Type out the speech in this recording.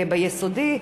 ביסודי,